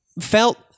felt